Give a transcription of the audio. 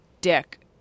dick